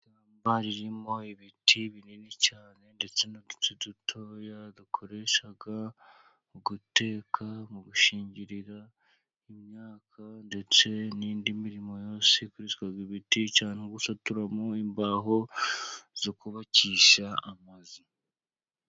Ishyamba ririmo ibiti binini cyane ndetse n'uduti dutoya dukoresha mu guteka, mu gushingirira imyaka, ndetse n'indi mirimo yose ikoreshwa ibiti cyane gusaturamo imbaho zo kubakisha amazu.